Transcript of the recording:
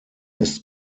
ist